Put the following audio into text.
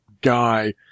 guy